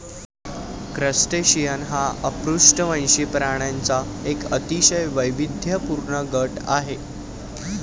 crustacean हा अपृष्ठवंशी प्राण्यांचा एक अतिशय वैविध्यपूर्ण गट आहे